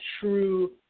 true